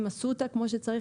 אם עשו אותה כמו שצריך.